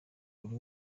buri